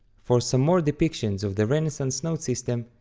for some more depictions of the renaissance note system,